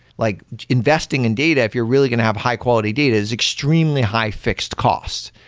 like investing in data, if you're really going to have high-quality data, it's extremely high-fixed cost.